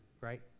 right